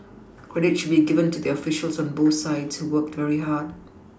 credit should be given to the officials on both sides who worked very hard